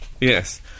Yes